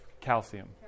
Calcium